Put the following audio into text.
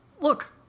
look